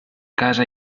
casa